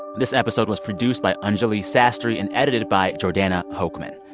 this episode was produced by anjuli sastry and edited by jordana hochman.